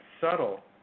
subtle